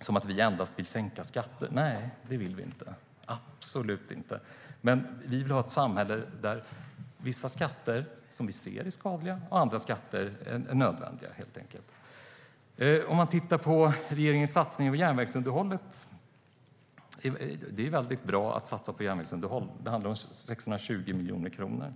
som att vi endast vill sänka skatter. Nej, det vill vi inte - absolut inte. Men vi ser helt enkelt att vissa skatter är skadliga och att vissa skatter är nödvändiga. Regeringens satsningar på järnvägsunderhållet är bra. Det handlar om 620 miljoner kronor.